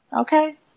Okay